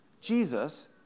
Jesus